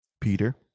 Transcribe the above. Peter